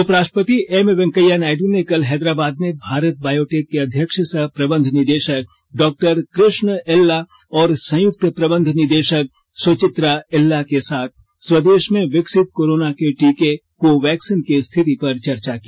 उपराष्ट्रपति एम वेंकैया नायडू ने कल हैदराबाद में भारत बायोटेक के अध्यक्ष सह प्रबंध निदेशक डॉक्टर कृष्ण एल्ला और संयुक्त प्रबंध निदेशक सुचित्रा एल्ला के साथ स्वदेश में विकसित कोरोना के टीके कोवैक्सीन की स्थिति पर चर्चा की